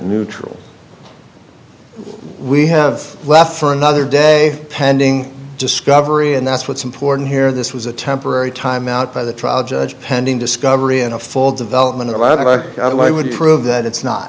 neutral we have left for another day pending discovery and that's what's important here this was a temporary timeout by the trial judge pending discovery and a full development i would prove that it's not